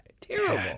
Terrible